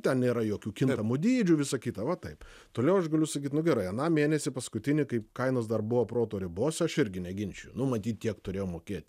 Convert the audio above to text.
ten nėra jokių kintamų dydžių visa kita va taip toliau aš galiu sakyt nu gerai aną mėnesį paskutinį kai kainos dar buvo proto ribose aš irgi neginčiju nu matyt tiek turėjau mokėt